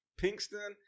pinkston